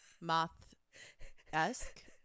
moth-esque